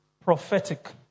prophetic